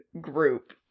group